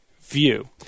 view